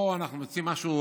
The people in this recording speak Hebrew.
פה אנחנו מוצאים משהו,